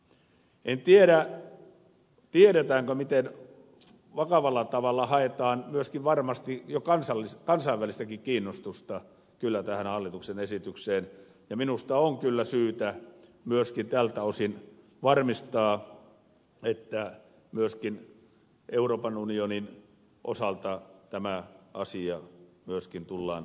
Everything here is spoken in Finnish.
en tiedä tiedetäänkö miten vakavalla tavalla haetaan myöskin varmasti jo kansainvälistäkin kiinnostusta tähän hallituksen esitykseen ja minusta on kyllä syytä myöskin tältä osin varmistaa että myöskin euroopan unionin osalta tämä asia tullaan arvioimaan